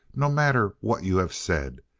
no matter what you have said.